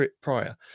prior